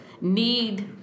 need